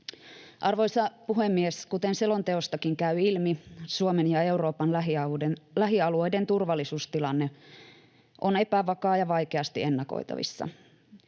Arvoisa puhemies! Kuten selonteostakin käy ilmi, Suomen ja Euroopan lähialueiden turvallisuustilanne on epävakaa ja vaikeasti ennakoitavissa.